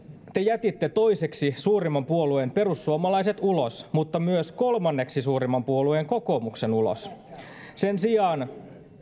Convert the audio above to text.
te jätitte toiseksi suurimman puolueen perusuomalaiset ulos mutta myös kolmanneksi suurimman puolueen kokoomuksen ulos sen sijaan